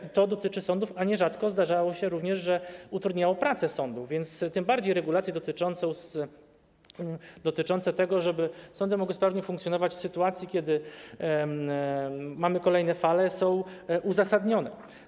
I to dotyczy też sądów, a nierzadko zdarzało się również, że utrudniało pracę sądów, więc tym bardziej regulacje dotyczące tego, żeby sądy mogły sprawnie funkcjonować w sytuacji, kiedy mamy kolejne fale, są uzasadnione.